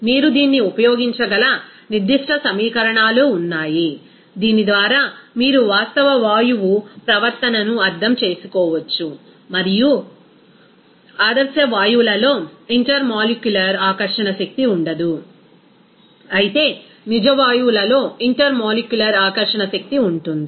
మీరు దీన్ని ఉపయోగించగల నిర్దిష్ట సమీకరణాలు ఉన్నాయి దీని ద్వారా మీరు వాస్తవ వాయువు ప్రవర్తనను అర్థం చేసుకోవచ్చు మరియు ఆదర్శ వాయువులలో ఇంటర్మోలిక్యులర్ ఆకర్షణ శక్తి ఉండదు అయితే నిజ వాయువులలో ఇంటర్మోలిక్యులర్ ఆకర్షణ శక్తి ఉంటుంది